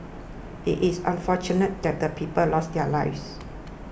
it is unfortunate that the people lost their lives